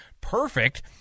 perfect